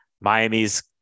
Miami's